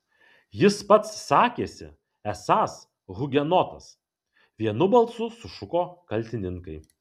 jis pats sakėsi esąs hugenotas vienu balsu sušuko kaltininkai